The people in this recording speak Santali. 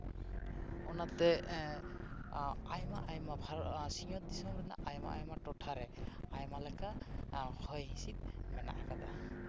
ᱚᱱᱟᱛᱮ ᱟᱭᱢᱟ ᱟᱭᱢᱟ ᱵᱷᱟᱨᱚᱛ ᱥᱤᱧᱚᱛ ᱫᱤᱥᱚᱢ ᱨᱮᱱᱟᱜ ᱟᱭᱢᱟ ᱟᱭᱢᱟ ᱴᱚᱴᱷᱟᱨᱮ ᱟᱭᱢᱟ ᱞᱮᱠᱟ ᱦᱚᱭ ᱦᱤᱥᱤᱫ ᱢᱮᱱᱟᱜ ᱠᱟᱫᱟ